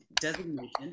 designation